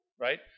right